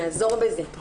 אני אעזור בזה.